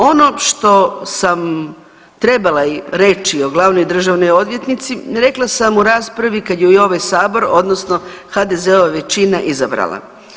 Ono što sam trebala reći o glavnoj državnoj odvjetnici rekla sam u raspravi kad ju je ovaj sabor odnosno HDZ-ova većina izabrala.